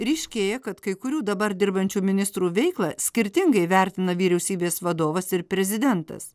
ryškėja kad kai kurių dabar dirbančių ministrų veiklą skirtingai vertina vyriausybės vadovas ir prezidentas